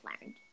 learned